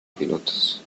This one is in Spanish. pilotos